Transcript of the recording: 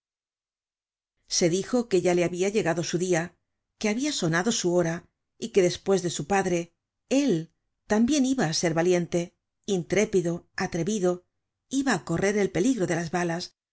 se dijo que ya le habia llegado su dia que habia sonado su hora y que despues de su padre él tambien iba á ser valiente intrépido atrevido iba á correr el peligro de las balas